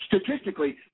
statistically